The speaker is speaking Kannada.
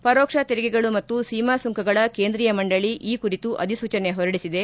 ಪರೋಕ್ಷ ತೆರಿಗೆಗಳು ಮತ್ತು ಸೀಮಾ ಸುಂಕಗಳ ಕೇಂದ್ರೀಯ ಮಂಡಳಿ ಈ ಕುರಿತು ಅಧಿಸೂಚನೆ ಹೊರಡಿಸಿದೆ